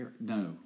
No